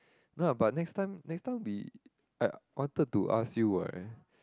no lah but next time next time we I wanted to ask you what right